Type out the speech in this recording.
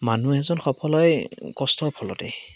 মানুহ এজন সফল হয় কষ্টৰ ফলতেই